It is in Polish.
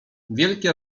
wielkie